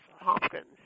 Hopkins